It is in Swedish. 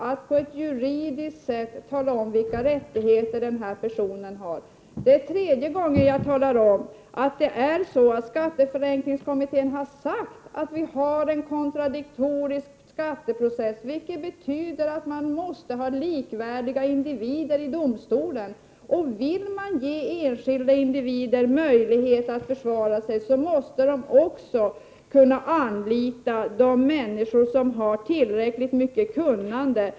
Detta är tredje gången jag talar om att skatteförenklingskommittén har sagt att vi har en kontradiktorisk skatteprocess, vilket betyder att man måste ha likvärdiga individer i domstolen. Vill man ge enskilda individer möjlighet att försvara sig, måste de också kunna anlita personer som har tillräckligt kunnande.